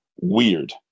weird